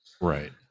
right